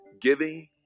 giving